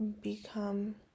become